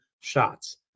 shots